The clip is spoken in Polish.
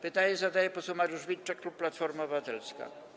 Pytanie zadaje poseł Mariusz Witczak, klub Platforma Obywatelska.